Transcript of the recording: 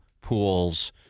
Pools